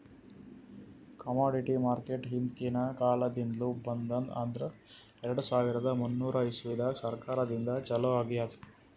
commodity market ಹಿಂದ್ಕಿನ್ ಕಾಲದಿಂದ್ಲು ಬಂದದ್ ಆದ್ರ್ ಎರಡ ಸಾವಿರದ್ ಮೂರನೇ ಇಸ್ವಿದಾಗ್ ಸರ್ಕಾರದಿಂದ ಛಲೋ ಆಗ್ಯಾದ್